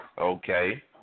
Okay